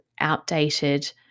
outdated